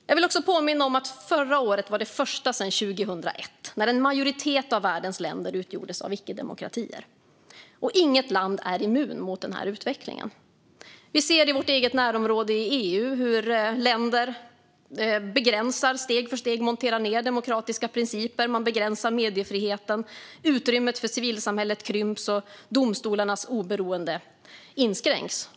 Jag vill också påminna om att förra året var det första sedan 2001 då en majoritet av världens länder utgjordes av icke-demokratier. Inget land är immunt mot den här utvecklingen. Vi ser i vårt eget närområde i EU hur länder begränsar och steg för steg monterar ned demokratiska principer. Man begränsar mediefriheten, utrymmet för civilsamhället krymps och domstolarnas oberoende inskränks.